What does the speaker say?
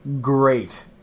great